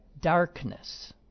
Darkness